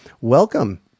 Welcome